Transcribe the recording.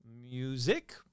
music